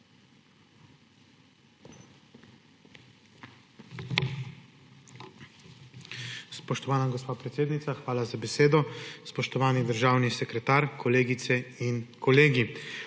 hvala za besedo.